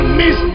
miss